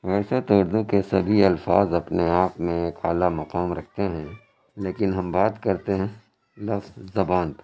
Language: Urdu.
ویسے تو اردو کے سبھی الفاظ اپنے آپ میں ایک اعلیٰ مقام ركھتے ہیں لیكن ہم بات کرتے ہیں لفظ زبان